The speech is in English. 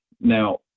Now